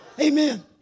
Amen